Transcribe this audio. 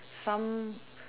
some